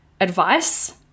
Advice